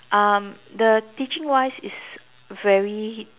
um the teaching wise is very